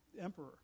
emperor